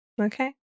okay